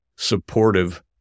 supportive